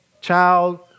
Child